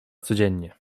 codziennie